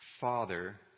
Father